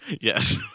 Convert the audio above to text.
Yes